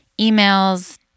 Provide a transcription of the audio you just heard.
emails